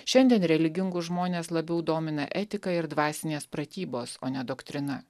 šiandien religingus žmones labiau domina etika ir dvasinės pratybos o ne doktrina